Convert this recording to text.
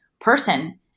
person